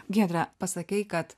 giedre pasakei kad